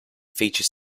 feature